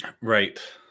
Right